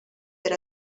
per